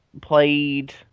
played